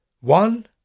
One